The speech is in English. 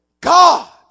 God